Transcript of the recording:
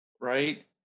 right